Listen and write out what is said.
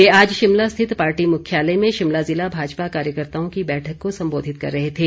वे आज शिमला स्थित पार्टी मुख्यालय में शिमला ज़िला भाजपा कार्यकर्ताओं की बैठक को संबोधित कर रहे थे